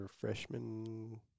freshman